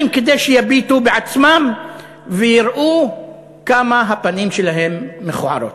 כדי שיביטו בעצמם ויראו כמה הפנים שלהם מכוערות.